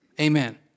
Amen